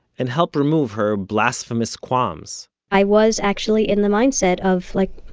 and help remove her blasphemous qualms i was actually in the mindset of like,